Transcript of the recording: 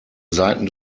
seiten